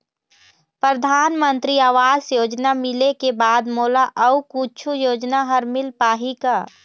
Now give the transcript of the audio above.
परधानमंतरी आवास योजना मिले के बाद मोला अऊ कुछू योजना हर मिल पाही का?